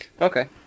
Okay